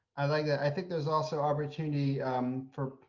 i like that, i think there's also opportunity